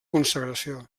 consagració